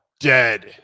Dead